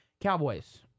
Cowboys